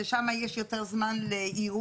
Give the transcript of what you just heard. ששם יש יותר זמן לערעור,